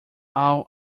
all